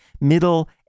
middle